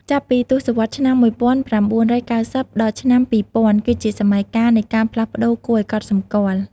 ចាប់ពីទសវត្សរ៍ឆ្នាំ ១៩៩០ ដល់ឆ្នាំ ២០០០ គឺជាសម័យកាលនៃការផ្លាស់ប្តូរគួរឱ្យកត់សម្គាល់។